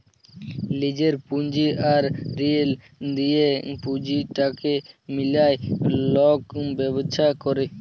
লিজের পুঁজি আর ঋল লিঁয়ে পুঁজিটাকে মিলায় লক ব্যবছা ক্যরে